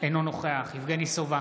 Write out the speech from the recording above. אינו נוכח יבגני סובה,